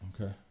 okay